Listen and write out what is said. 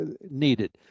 needed